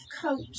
coach